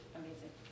amazing